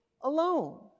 alone